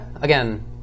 Again